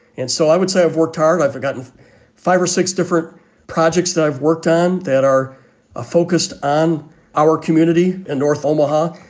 and so i would say i've worked hard. i've forgotten five or six different projects i've worked on that are ah focused on our community in north omaha.